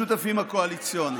לשותפים הקואליציוניים.